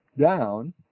down